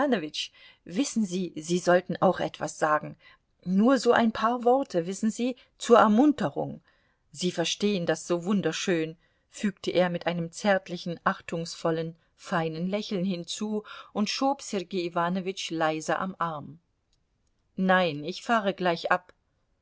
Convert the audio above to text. wissen sie sie sollten auch etwas sagen nur so ein paar worte wissen sie zur ermunterung sie verstehen das so wunderschön fügte er mit einem zärtlichen achtungsvollen feinen lächeln hinzu und schob sergei iwanowitsch leise am arm nein ich fahre gleich ab